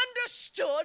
understood